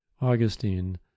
augustine